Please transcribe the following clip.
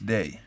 Day